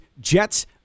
Jets